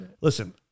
Listen